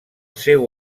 seu